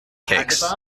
cakes